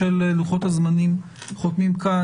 בשל לוחות-הזמנים אנחנו חותמים כאן.